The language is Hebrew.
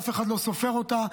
אף אחד לא סופר אותה,